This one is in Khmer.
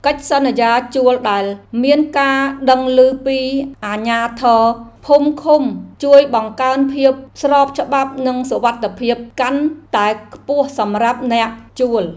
កិច្ចសន្យាជួលដែលមានការដឹងឮពីអាជ្ញាធរភូមិឃុំជួយបង្កើនភាពស្របច្បាប់និងសុវត្ថិភាពកាន់តែខ្ពស់សម្រាប់អ្នកជួល។